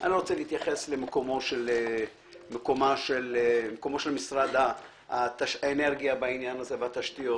רוצה להתייחס למקומו של משרד האנרגיה והתשתיות בעניין הזה.